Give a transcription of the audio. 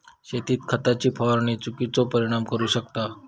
शेतीत खताची फवारणी चुकिचो परिणाम करू शकता